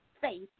faith